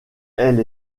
elle